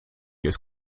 ist